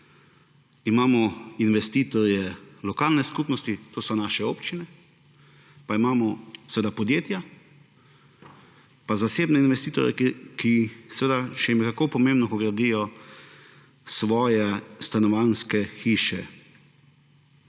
imamo investitorje lokalne skupnosti, to so naše občine, pa imamo seveda podjetja, pa zasebne investitorje, ki seveda jim je še kako pomembno, ko gradijo svoje stanovanjske hiše.